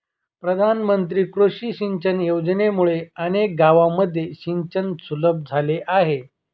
प्रधानमंत्री कृषी सिंचन योजनेमुळे अनेक गावांमध्ये सिंचन सुलभ झाले आहे